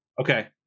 Okay